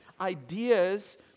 ideas